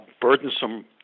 burdensome